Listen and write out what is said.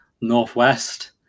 northwest